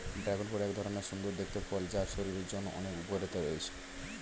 dragon fruit এক ধরণের সুন্দর দেখতে ফল যার শরীরের জন্য অনেক উপকারিতা রয়েছে